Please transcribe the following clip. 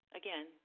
again